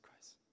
Christ